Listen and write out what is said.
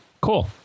cool